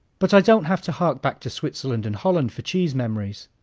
but i don't have to hark back to switzerland and holland for cheese memories.